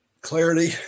clarity